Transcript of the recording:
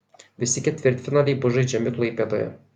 visi ketvirtfinaliai bus žaidžiami klaipėdoje